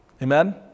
Amen